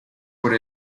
por